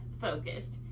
focused